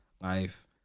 life